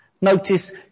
notice